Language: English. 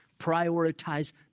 prioritize